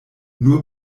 nur